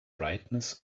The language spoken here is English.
brightness